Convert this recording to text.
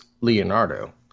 leonardo